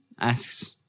Asks